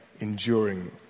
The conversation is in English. enduring